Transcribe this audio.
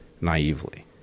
naively